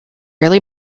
early